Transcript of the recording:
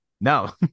No